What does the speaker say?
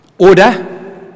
Order